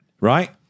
right